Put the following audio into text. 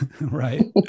Right